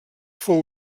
fou